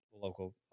local